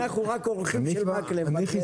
אנחנו רק אורחים שלו...